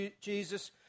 Jesus